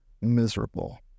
miserable